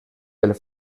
pel